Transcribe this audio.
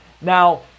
Now